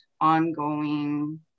ongoing